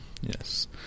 Yes